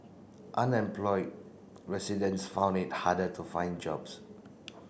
unemployed residents found it harder to find jobs